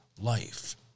life